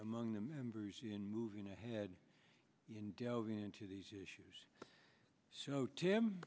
among the members in moving ahead in delving into these issues so tim